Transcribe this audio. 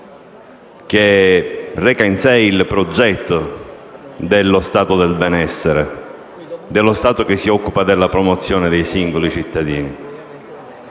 che reca in sé il progetto dello Stato del benessere e che si occupa della promozione dei singoli cittadini.